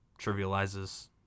trivializes